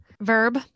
Verb